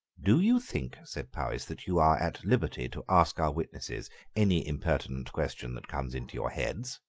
do you think, said powis, that you are at liberty to ask our witnesses any impertinent question that comes into your heads?